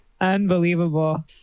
unbelievable